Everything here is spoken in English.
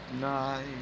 night